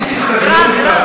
אנחנו נתסיס את הדיון קצת,